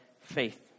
faith